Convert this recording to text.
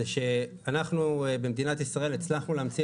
זה שאנחנו במדינת ישראל הצלחנו להמציא